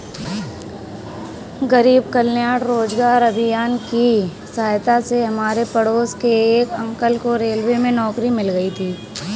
गरीब कल्याण रोजगार अभियान की सहायता से हमारे पड़ोस के एक अंकल को रेलवे में नौकरी मिल गई थी